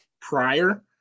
prior